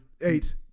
eight